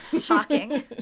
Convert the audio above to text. Shocking